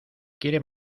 quiere